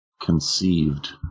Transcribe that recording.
Conceived